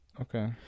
Okay